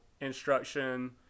instruction